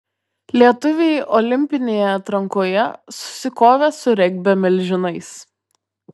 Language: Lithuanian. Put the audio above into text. lietuviai olimpinėje atrankoje susikovė su regbio milžinais